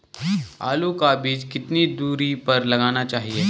आलू का बीज कितनी दूरी पर लगाना चाहिए?